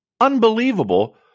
unbelievable